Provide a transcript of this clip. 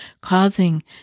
causing